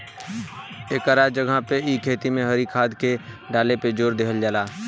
एकरा जगह पे इ खेती में हरी खाद के डाले पे जोर देहल जाला